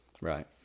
Right